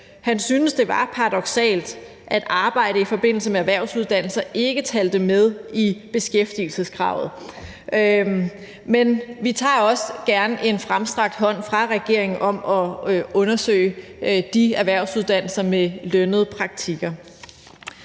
han syntes, det var paradoksalt, at arbejde i forbindelse med erhvervsuddannelse ikke talte med i beskæftigelseskravet. Men vi tager også gerne en fremstrakt hånd fra regeringen om at undersøge de erhvervsuddannelser med lønnede praktikker.